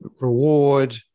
reward